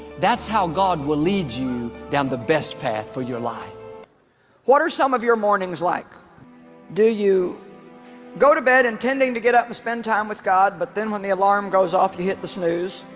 that's how god will lead you down the best path for your life what are some of your morning's like do you go to bed intending to get up and spend time with god, but then when the alarm goes off you hit the snooze